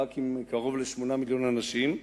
רק קרוב ל-8 מיליוני אנשים,